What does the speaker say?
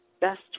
Best